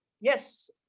Yes